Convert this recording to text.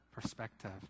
perspective